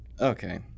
okay